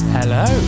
Hello